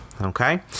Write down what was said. Okay